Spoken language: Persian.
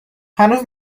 هنوز